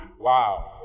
Wow